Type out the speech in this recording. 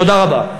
תודה רבה.